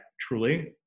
truly